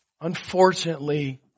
unfortunately